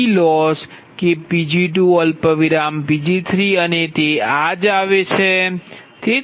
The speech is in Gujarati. PLoss કે Pg2 Pg3sઅને તે આજ આવશે